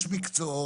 רגע דקה.